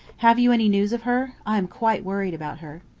have you any news of her? i am quite worried about her.